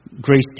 grace